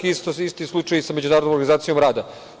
Isti slučaj je i sa međunarodnom organizacijom rada.